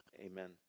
Amen